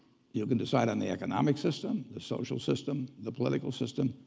you can decide on the economic system, the social system, the political system,